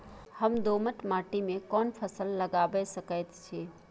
हम दोमट माटी में कोन फसल लगाबै सकेत छी?